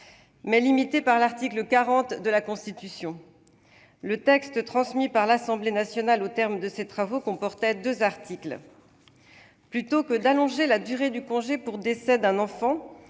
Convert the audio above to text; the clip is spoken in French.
était limitée par l'article 40 de la Constitution. Le texte transmis par l'Assemblée nationale au terme de ses travaux comportait deux articles. Plutôt que d'allonger la durée du congé pour décès d'un enfant,